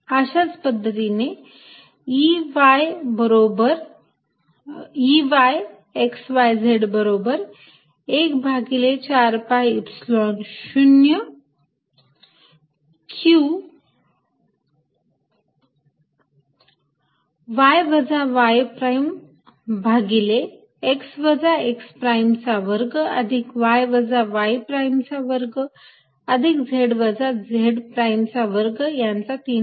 अशाच पद्धतीने Ey xyz बरोबर 1 भागिले 4 pi Epsilon 0 q y वजा y प्राईम भागिले x वजा x प्राईम चा वर्ग अधिक y वजा y प्राईम चा वर्ग अधिक z वजा z प्राईम चा वर्ग यांचा 32 घात